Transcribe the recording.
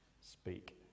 speak